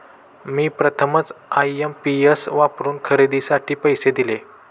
मी प्रथमच आय.एम.पी.एस वापरून खरेदीसाठी पैसे दिले